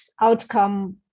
outcome